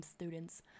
students